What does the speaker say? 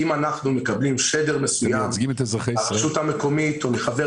אם אנחנו מקבלים שדר מסוים מהרשות המקומית או מחבר